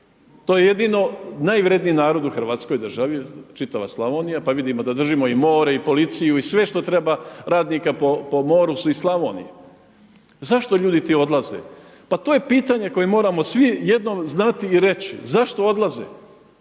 to je jedino najvredniji narod u Hrvatskoj državi, čitava Slavonija. Pa vidimo da držimo i more i policiju i sve što treba, radnika po moru su iz Slavonije. A zašto ljudi ti odlaze? Pa to je pitanje koje moramo svi jednom znati i reći zašto odlaze,